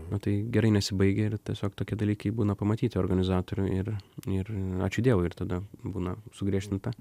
na tai gerai nesibaigia ir tiesiog tokie dalykai būna pamatyti organizatorių ir ir ačiū dievui ir tada būna sugriežtinta